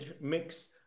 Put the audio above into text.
mix